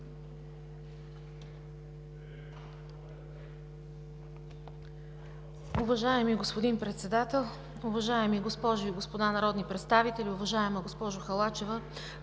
Уважаеми господин Председател, уважаеми госпожи и господа народни представители! Уважаема госпожо Халачева,